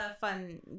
fun